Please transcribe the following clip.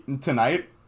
Tonight